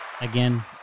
again